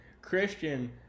Christian